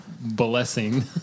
blessing